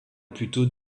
plutôt